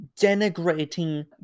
denigrating